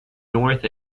north